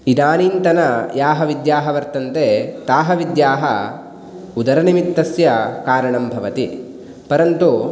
इदानीन्तन याः विद्याः वर्तन्ते ताः विद्याः उदरनिमित्तस्य कारणं भवति परन्तु